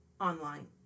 online